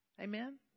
Amen